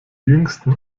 jüngsten